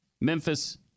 Memphis